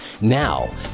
Now